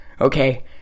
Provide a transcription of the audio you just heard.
Okay